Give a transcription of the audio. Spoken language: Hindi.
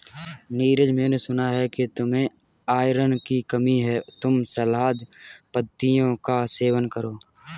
नीरज मैंने सुना कि तुम्हें आयरन की कमी है तुम सलाद पत्तियों का सेवन करो